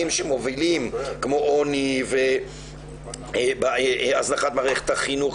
שמובילים כמו עוני והזנחת מערכת החינוך,